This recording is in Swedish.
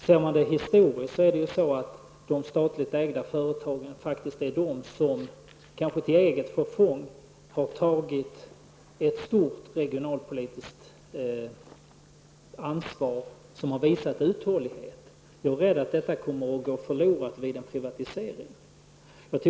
Sett i ett historiskt perspektiv är det de statligt ägda företagen som kanske till eget förfång har tagit ett stort regionalpolitiskt ansvar och som har visat uthållighet. Jag är rädd för att detta kommer att gå förlorat vid en privatisering.